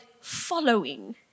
following